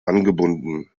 angebunden